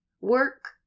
work